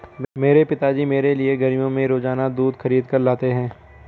मेरे पिताजी मेरे लिए गर्मियों में रोजाना दूध खरीद कर लाते हैं